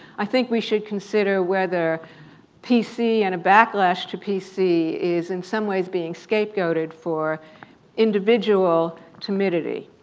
i think we should consider whether p c. and a backlash to p c. is, in some ways, being scapegoated for individual timidity,